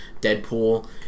Deadpool